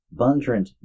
Bundrant